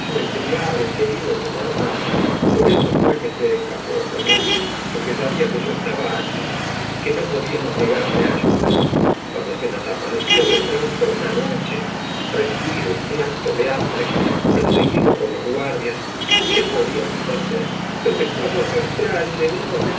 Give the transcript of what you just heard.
criado y querido como hermana por eso fué que se escapó señor porque sabfa que yo estaba aquí y que no podíamos negarle ayuda cuando se nos apareció de pronto una noche rendido y muerto de hambre perseguido por los guardias qué pode mos entrar y lc dimos